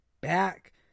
back